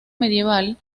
medieval